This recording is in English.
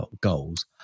goals